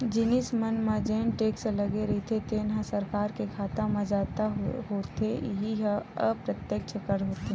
जिनिस मन म जेन टेक्स लगे रहिथे तेन ह सरकार के खाता म जता होथे इहीं ह अप्रत्यक्छ कर होथे